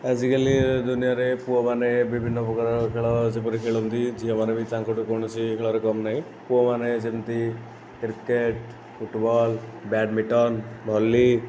ଆଜିକାଲି ର ଦୁନିଆରେ ପୁଅମାନେ ବିଭିନ୍ନ ପ୍ରକାର ଖେଳ ଖେଳନ୍ତି ଝିଅମାନେ ଭି ତାଙ୍କଠୁ କୌଣସି ଖେଳରେ କମ୍ ନାଇଁ ପୁଅ ମାନେ ଯେମିତି କ୍ରିକେଟ ଫୁଟବଲ ବ୍ୟାଡ଼ମିନଟନ ଭଲି